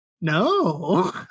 no